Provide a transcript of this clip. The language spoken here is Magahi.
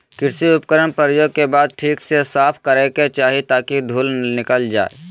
कृषि उपकरण प्रयोग के बाद ठीक से साफ करै के चाही ताकि धुल निकल जाय